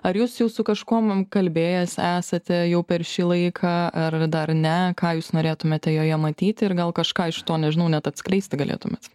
ar jūs jau su kažkuom kalbėjęs esate jau per šį laiką ar dar ne ką jūs norėtumėte joje matyti ir gal kažką iš to nežinau net atskleisti galėtumėt